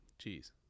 Jeez